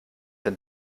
denn